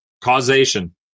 Causation